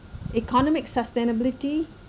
economic sustainability